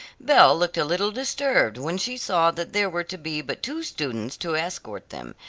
belle looked a little disturbed when she saw that there were to be but two students to escort them,